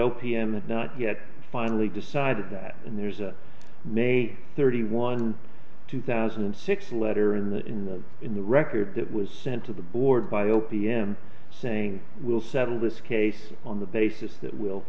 p m not yet finally decided that and there's a made thirty one two thousand and six letter in the in the in the record that was sent to the board by o p m saying we'll settle this case on the basis that w